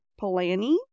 Polanyi